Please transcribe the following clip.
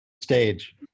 stage